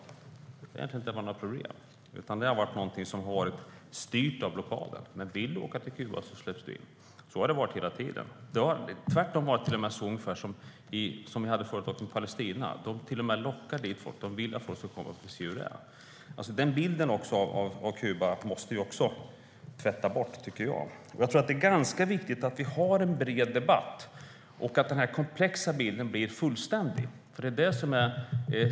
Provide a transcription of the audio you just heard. Det har egentligen inte varit ett problem utan det har styrts av blockaden. Om du vill åka till Kuba släpps du in. Så har det varit hela tiden. Tvärtom har det varit så som det tidigare var med Palestina. Kuba lockar dit folk och vill att folk ska få se hur det är. Den bilden av Kuba måste tvättas bort. Det är viktigt med en bred debatt så att den komplexa bilden blir fullständig.